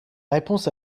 réponse